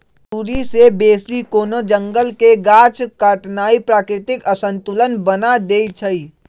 जरूरी से बेशी कोनो जंगल के गाछ काटनाइ प्राकृतिक असंतुलन बना देइछइ